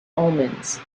omens